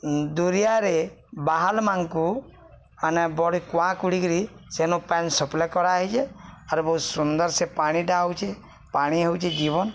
ଦୁରିଆରେ ବାହାରଲମାଙ୍କୁ ମାନେ ବଡ଼ କୁଆଁ କୁଡ଼ିକିରି ସେନୁ ପାନ୍ ସପ୍ଲେ କରା ହେଇଚେ ଆର୍ ବହୁତ ସୁନ୍ଦର ସେ ପାଣିଟା ହଉଚେ ପାଣି ହଉଚେ ଜୀବନ